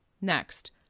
Next